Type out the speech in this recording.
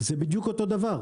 זה בדיוק אותו דבר.